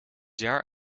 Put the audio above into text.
jaar